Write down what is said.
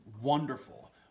wonderful